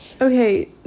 Okay